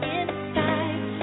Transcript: inside